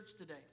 today